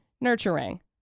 nurturing